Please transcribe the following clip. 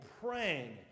praying